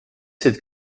cette